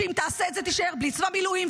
שאם תעשה את זה תישאר בלי צבא מילואים,